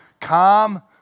calm